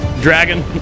dragon